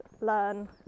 learn